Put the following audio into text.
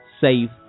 safe